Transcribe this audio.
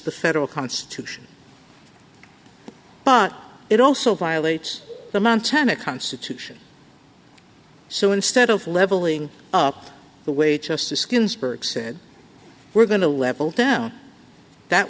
the federal constitution but it also violates the montana constitution so instead of leveling up the way just the skin's burke said we're going to level down that